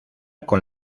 con